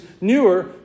newer